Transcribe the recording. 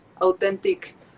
authentic